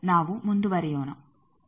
ನಾವು ಮುಂದುವರಿಯೋಣ